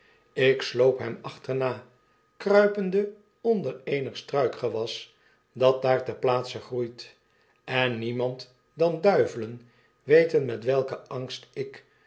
ik sloop hem achterna kruipende onder eenig struikgewas dat daar ter plaatse groeit en niemand dan duivelen weten met welken angst ik